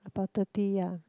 about thirty ya